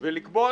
אלא אנחנו נקים